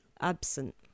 absent